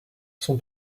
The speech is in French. son